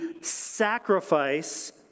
sacrifice